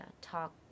talk